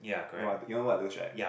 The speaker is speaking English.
you know you know what are those right